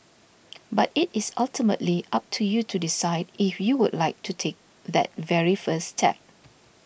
but it is ultimately up to you to decide if you would like to take that very first step